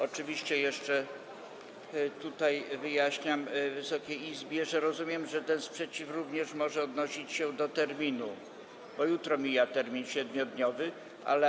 Oczywiście jeszcze tutaj wyjaśniam Wysokiej Izbie, że rozumiem, że ten sprzeciw również może odnosić się do terminu, bo jutro mija 7-dniowy termin.